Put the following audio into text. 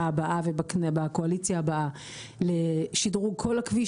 הבאה ובקואליציה הבאה לשדרוג כל הכביש,